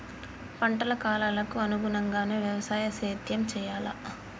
పంటల కాలాలకు అనుగుణంగానే వ్యవసాయ సేద్యం చెయ్యాలా?